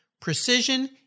precision